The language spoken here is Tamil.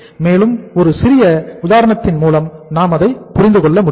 மேலும் ஒரு சிறிய உதாரணத்தின் மூலம் நாம் அதை புரிந்து கொள்ள முடியும்